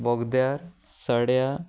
बोगद्यार सड्या